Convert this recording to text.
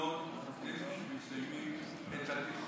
מסקנות לפני שמסיימים את התחקור.